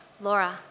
Laura